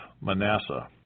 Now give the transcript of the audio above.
Manasseh